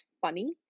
funny